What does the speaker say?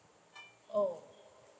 oh